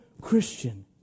Christian